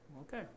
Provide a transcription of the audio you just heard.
okay